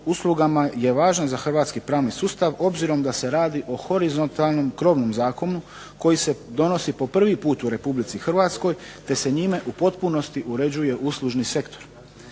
uslugama je važan za hrvatski pravni sustav obzirom da se radi o horizontalnom krovnom zakonu koji se donosi po prvi put u Republici Hrvatskoj te se njime u potpunosti uređuje uslužni sektor.